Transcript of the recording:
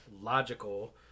logical